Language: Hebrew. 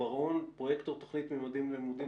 פרוייקטור תוכנית "ממדים ללימודים",